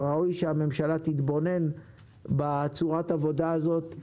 וראוי שהממשלה תתבונן בצורת העבודה הזאת,